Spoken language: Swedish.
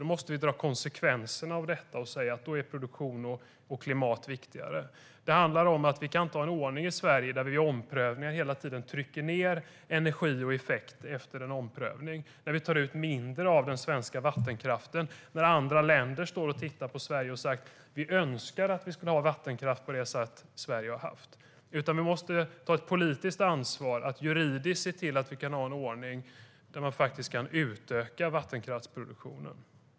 Vi måste ta konsekvenserna av detta och säga: Då är produktion och klimat viktigare. Vi kan inte ha en ordning i Sverige där vi hela tiden gör omprövningar och trycker ned energi och effekt efter en omprövning. Vi tar ut mindre av den svenska vattenkraften när andra länder står och tittar på Sverige och säger: Vi önskar att vi hade vattenkraft på det sätt Sverige har haft. Vi måste politiskt ta ansvar att juridiskt se till att vi kan ha en ordning där man kan utöka vattenkraftsproduktionen.